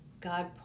God